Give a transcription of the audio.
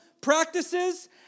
practices